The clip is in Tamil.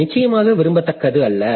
அது நிச்சயமாக விரும்பத்தக்கது அல்ல